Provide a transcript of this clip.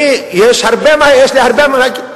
יש לי הרבה מה להגיד.